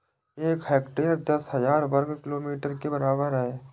एक हेक्टेयर दस हजार वर्ग मीटर के बराबर है